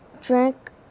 drink